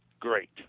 great